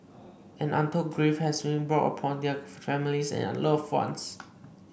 and untold grief has been brought upon their families and loved ones